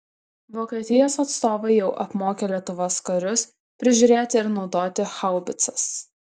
vokietijos atstovai jau apmokė lietuvos karius prižiūrėti ir naudoti haubicas